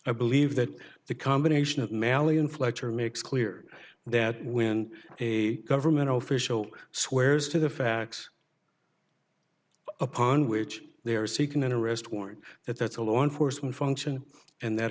i believe that the combination of mally and fletcher makes clear that when a government official swears to the facts upon which they are seeking an arrest warrant that that's a law enforcement function and that